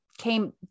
came